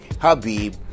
Habib